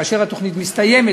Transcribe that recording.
כאשר היא מסתיימת,